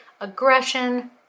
aggression